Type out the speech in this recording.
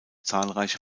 zahlreiche